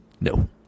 No